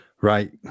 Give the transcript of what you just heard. Right